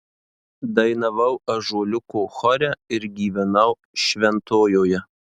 dainavau ąžuoliuko chore ir gyvenau šventojoje